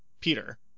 peter